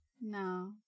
No